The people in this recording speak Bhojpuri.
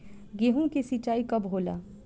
गेहूं के सिंचाई कब होला?